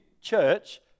church